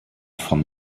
von